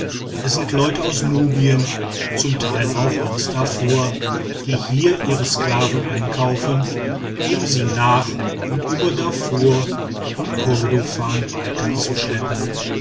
es sind leute aus nubien zum teil auch aus darfur die hier ihre sklaven einkaufen um sie nach und über darfur und kordofan